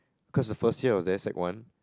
cause the first year I was there sec one